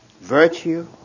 virtue